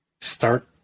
start